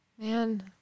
Man